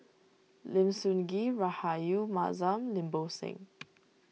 Lim Sun Gee Rahayu Mahzam Lim Bo Seng